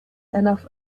enough